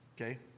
Okay